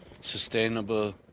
Sustainable